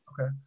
Okay